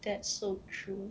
that's so true